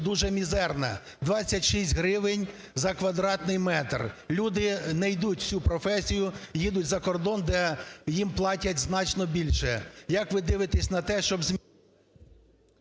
дуже мізерна – 26 гривень за квадратний метр. Люди не йдуть у цю професію, їдуть за кордон, де їм платять значно більше. Як ви дивитесь на те, щоб …